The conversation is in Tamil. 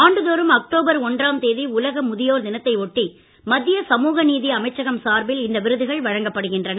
ஆண்டுதோறும் அக்டோபர் ஒன்றாம் தேதி உலக முதியோர் தினத்தை ஒட்டி மத்திய சமூகநீதி அமைச்சகம் சார்பில் இந்த விருதுகள் வழங்கப்படுகின்றன